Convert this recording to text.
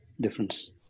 difference